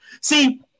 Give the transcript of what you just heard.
see